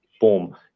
boom